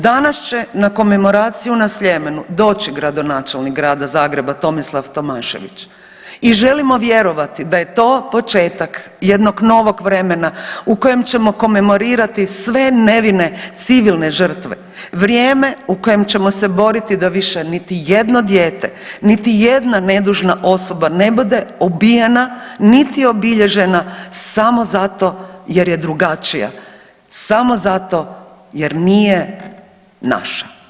Danas će na komemoraciju na Sljemenu doći gradonačelnik grada Zagreba Tomislav Tomašević i želimo vjerovati da je to početak jednog novog vremena u kojem ćemo komemorirati sve nevine civilne žrtve, vrijeme u kojem ćemo se boriti da više niti jedno dijete, niti jedna nedužna osoba ne bude ubijena niti obilježena samo zato jer je drugačija, samo zato jer nije naša.